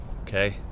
Okay